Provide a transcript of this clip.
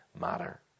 matter